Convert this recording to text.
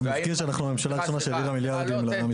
מזכיר שאנחנו הממשלה הראשונה שהעבירה מיליארדים למשטרה.